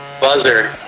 Buzzer